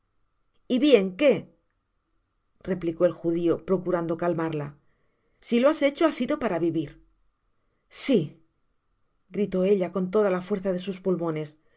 y bien qué replicó el judio procurando calmarlasi lo has hecho ha sido para vivir si gritó ella con toda la fuerza de sus pulmones